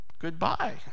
goodbye